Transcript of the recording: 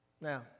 Now